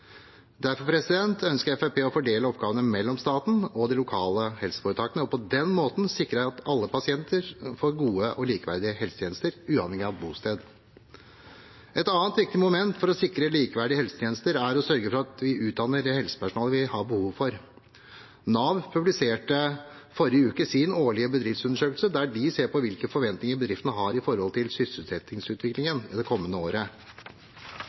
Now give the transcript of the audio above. ønsker Fremskrittspartiet å fordele oppgavene mellom staten og de lokale helseforetakene og på den måten sikre at alle pasienter får gode og likeverdige helsetjenester, uavhengig av bosted. Et annet viktig moment for å sikre likeverdige helsetjenester er å sørge for at vi utdanner det helsepersonellet vi har behov for. Nav publiserte forrige uke sin årlige bedriftsundersøkelse der de ser på hvilke forventninger bedriftene har når det gjelder sysselsettingsutviklingen det kommende året.